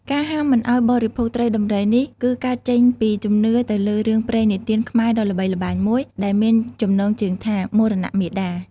ការហាមមិនឱ្យបរិភោគត្រីដំរីនេះ គឺកើតចេញពីជំនឿទៅលើរឿងព្រេងនិទានខ្មែរដ៏ល្បីល្បាញមួយដែលមានចំណងជើងថា «មរណៈមាតា»។